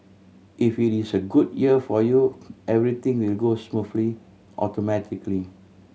if it is a good year for you everything will go smoothly automatically